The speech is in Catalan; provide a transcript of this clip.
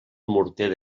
morter